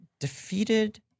defeated